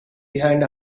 behind